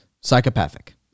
psychopathic